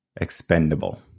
expendable